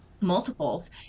Multiples